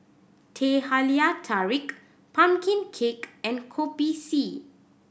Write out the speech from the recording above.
Teh Halia Tarik pumpkin cake and Kopi C